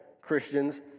Christians